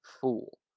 fool